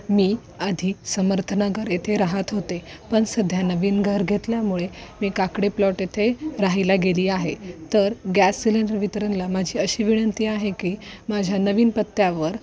मी आधी समर्थनगर येथे राहात होते पण सध्या नवीन घर घेतल्यामुळे मी काकडे प्लॉट येथे राहायला गेली आहे तर गॅस सिलेंडर वितरणला माझी अशी विनंती आहे की माझ्या नवीन पत्त्यावर